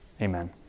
Amen